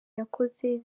yakoze